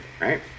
right